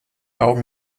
augen